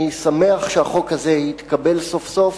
אני שמח שהחוק הזה התקבל סוף-סוף,